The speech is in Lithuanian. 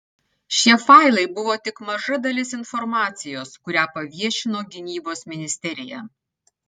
šie failai buvo tik maža dalis informacijos kurią paviešino gynybos ministerija